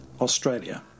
Australia